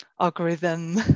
Algorithm